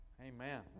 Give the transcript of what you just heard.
Amen